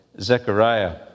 Zechariah